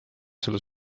selle